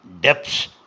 depths